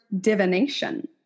divination